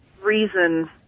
reason